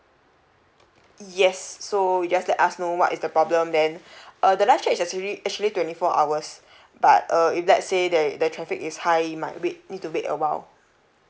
yes so you just let us know what is the problem then uh the live chat is actually actually twenty four hours but uh if let's say the the traffic is high you might wait need to wait awhile